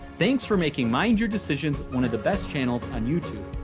thanks for making mind your decisions one of the best channels on youtube.